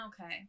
Okay